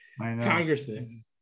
congressman